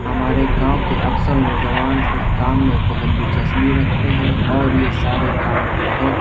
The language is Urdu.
ہمارے گاؤں کے اکثر نوجوان اس کام میں بہت دلچسپی رکھتے ہیں اور یہ سارے کام وہ بہت